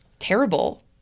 terrible